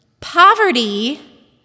poverty